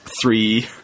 three